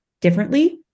differently